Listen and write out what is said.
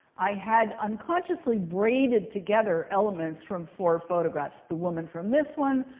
i had unconsciously braided together elements from four photographs. the woman from this one,